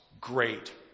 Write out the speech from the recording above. great